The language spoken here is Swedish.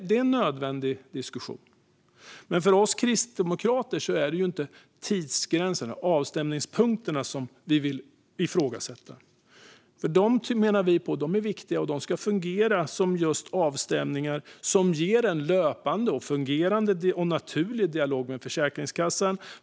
Det är en nödvändig diskussion, men för oss kristdemokrater är det inte tidsgränserna vi vill ifrågasätta. De är viktiga och ska fungera som avstämningspunkter som ger en fungerande, löpande och naturlig dialog med Försäkringskassan.